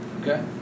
Okay